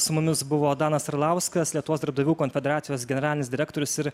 su mumis buvo danas arlauskas lietuvos darbdavių konfederacijos generalinis direktorius ir